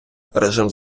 режим